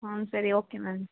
ஆ சரி okay ma'am